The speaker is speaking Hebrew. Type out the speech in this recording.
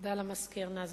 דווקא שמחתי,